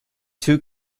two